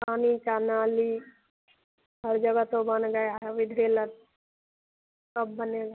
पानी का नाली हर जगह तो बन गया है अब इधरे लग कब बनेगा